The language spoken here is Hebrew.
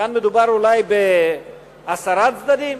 כאן מדובר אולי בעשרה צדדים,